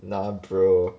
nah bro